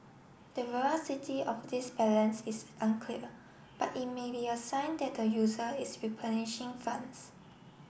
the veracity of this balance is unclear but it may be a sign that the user is replenishing funds